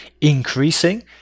increasing